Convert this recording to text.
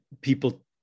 people